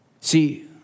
See